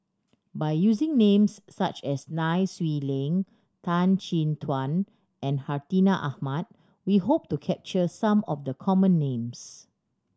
by using names such as Nai Swee Leng Tan Chin Tuan and Hartinah Ahmad we hope to capture some of the common names